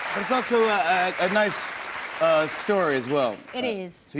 it's also a nice story, as well. it is.